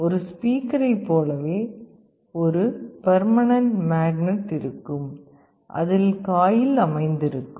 ஒரு ஸ்பீக்கரை போலவே ஒரு பெர்மனன்ட் மேக்னெட் இருக்கும் அதில் காயில் அமைந்திருக்கும்